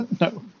no